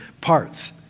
parts